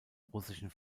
russischen